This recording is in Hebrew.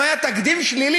אם היה תקדים שלילי,